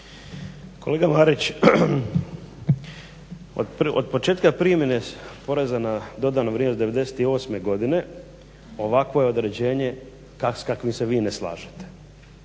Kolega Marić od početka primjene poreza na dodanu vrijednost '98.godine ovakvo je određenje s kakvim se vi ne slažete.